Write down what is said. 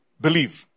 believe